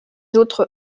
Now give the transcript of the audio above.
autres